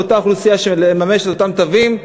לאותה אוכלוסייה לממש את אותם תווים,